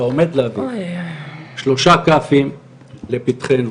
אתה עומד להביא שלושה כ"פים לפתחנו,